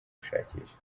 gushakisha